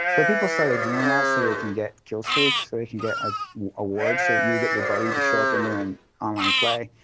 but people started doing that so they can get kill streaks, so they could get ah awards. so you would get your body to show up in there and online play,